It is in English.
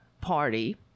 party